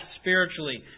spiritually